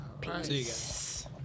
Peace